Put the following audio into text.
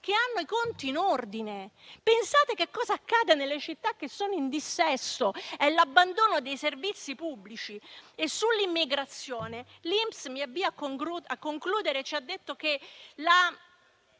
che hanno i conti in ordine. Pensate a cosa accadrà nelle città che sono in dissesto: è l'abbandono dei servizi pubblici. Sull'immigrazione - mi avvio a concludere - l'INPS ci ha detto che